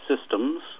Systems